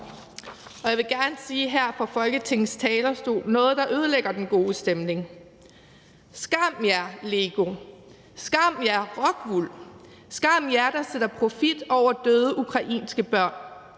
Og jeg vil gerne sige noget her fra Folketingets talerstol, der ødelægger den gode stemning: Skam jer, Lego! Skam jer, Rockwool! Skam jer, der sætter profit over døde ukrainske børn.